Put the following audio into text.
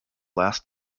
last